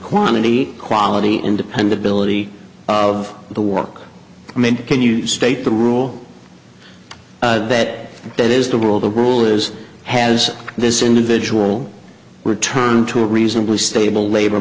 quantity quality and dependability of the work made can you state the rule that that is the rule the rule is has this individual return to a reasonably stable labor